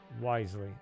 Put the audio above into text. wisely